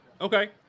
okay